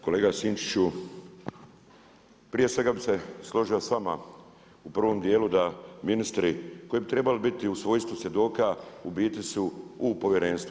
Kolega Sinčiću, prije svega bih se složio s vama u prvom dijelu da ministri koji bi trebali biti u svojstvu svjedoka u biti su u povjerenstvu.